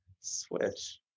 Switch